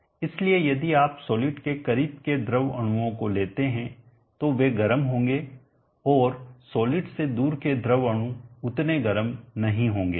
इसलिए यदि आप सॉलिड के करीब के द्रव अणुओं को लेते हैं तो वे गर्म होंगे और सॉलिड से दूर के द्रव अणु उतने गर्म नहीं होंगे